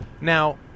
Now